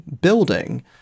building